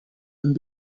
and